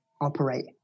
operate